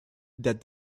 that